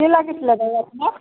কি লাগিছিলে বাৰু আপোনাক